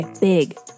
big